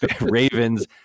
Ravens